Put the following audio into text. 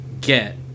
get